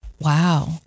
wow